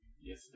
Yes